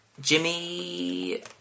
Jimmy